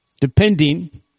depending